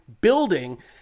building